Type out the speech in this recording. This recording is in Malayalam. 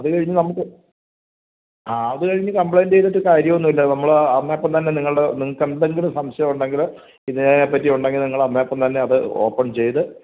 അത് കഴിഞ്ഞ് നമ്മള്ക്ക് ആ അത് കഴിഞ്ഞ് കംപ്ലൈൻറ്റെയ്തിട്ട് കാര്യമൊന്നുമില്ല നമ്മള് അന്നാ അപ്പോള് തന്നെ നിങ്ങളുടെ നിങ്ങള്ക്ക് എന്തെങ്കിലും സംശയം ഉണ്ടെങ്കില് ഇതിനെപ്പറ്റി ഉണ്ടെങ്കില് നിങ്ങള് അന്നേരത്ത് തന്നെ നിങ്ങള് ഓപ്പൺ ചെയ്ത്